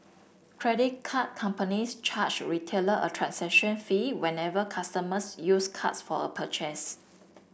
credit card companies charge retailer a transaction fee whenever customers use cards for a purchase